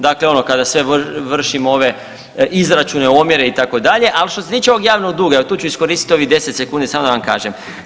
Dakle, ono kada se vrši ove izračune omjere itd., ali što se tiče ovog javnog duga evo tu ću iskoristiti ovih 10 sekundi samo da vam kažem.